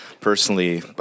personally